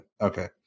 Okay